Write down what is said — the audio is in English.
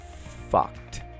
fucked